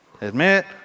Admit